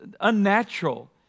unnatural